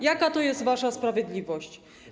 Jaka to jest wasza sprawiedliwość?